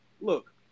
Look